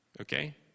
Okay